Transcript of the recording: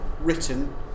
written